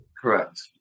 Correct